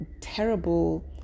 terrible